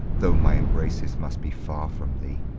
though my embraces must be far from thee.